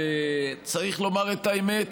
צריך לומר את האמת,